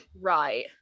Right